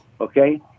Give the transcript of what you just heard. okay